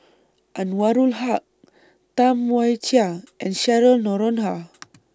Anwarul Haque Tam Wai Jia and Cheryl Noronha